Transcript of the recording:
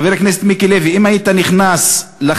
חבר הכנסת מיקי לוי, אם היית נכנס לחדר,